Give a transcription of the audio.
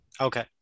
Okay